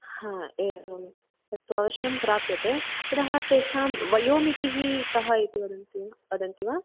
आम् एवं तत्तु अवश्यं प्राप्यते पुनः तेषां वयोमितिः कः इति वदन्ति वा वदन्ति वा